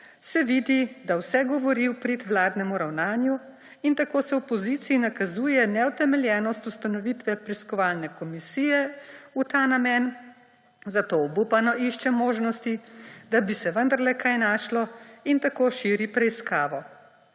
se vidi, da vse govori v prid vladnemu ravnanju. In tako se opoziciji nakazuje neutemeljenost ustanovitve preiskovalne komisije v ta namen, zato obupano išče možnosti, da bi se vendarle kaj našlo, in tako širi preiskavo.